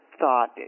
thought